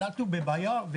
אנחנו בבעיה.